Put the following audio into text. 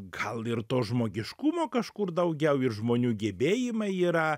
gal ir to žmogiškumo kažkur daugiau ir žmonių gebėjimai yra